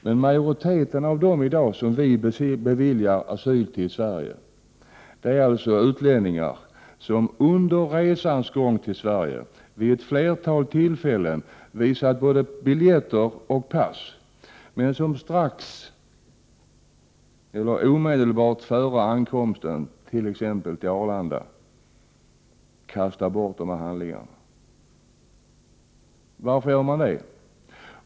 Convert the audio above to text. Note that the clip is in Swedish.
Men majoriteten av dem som vi i dag beviljar asyl i Sverige är utlänningar som visat både biljetter och pass vid ett flertal tillfällen under resans gång till Sverige men som omedelbart före ankomsten till exempelvis Arlanda kastar bort dessa handlingar. Varför gör man detta?